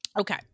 Okay